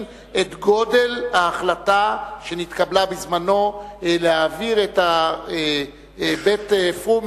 את גודל ההחלטה שנתקבלה בזמנו להעביר את בית-פרומין,